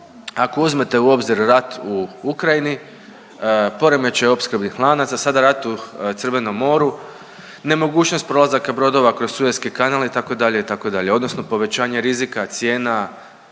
ako uzmete u obzir rat u Ukrajini, poremećaj opskrbnih lanaca. Sada ratuju na Crvenom moru. Nemogućnost prolazaka brodova kroz Sueski kanal itd. itd. odnosno povećanje rizika, cijena.